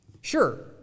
Sure